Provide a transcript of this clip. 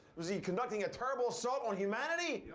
was he conducting a terrible assault on humanity?